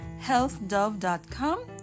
HealthDove.com